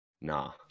Nah